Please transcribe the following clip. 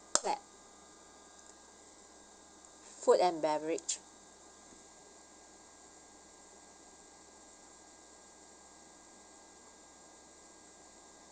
clap food and beverage